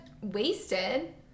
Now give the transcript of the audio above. wasted